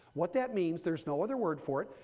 what that means, there's no other word for it,